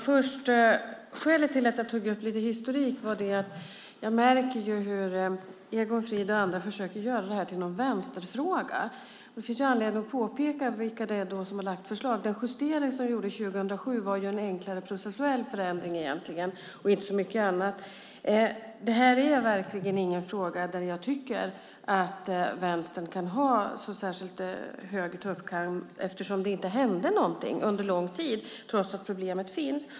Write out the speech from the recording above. Fru talman! Skälet till att jag tog upp lite historik är att jag märker hur Egon Frid och andra försöker göra det här till någon vänsterfråga. Det finns då anledning att påpeka vilka det är som har lagt fram förslag. Den justering som vi gjorde 2007 var egentligen en enklare processuell förändring och inte så mycket annat. Det här är verkligen ingen fråga där jag tycker att Vänstern kan ha en särskilt hög tuppkam. Det hände ju inte någonting under lång tid, trots att problemet fanns.